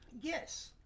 yes